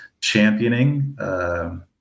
championing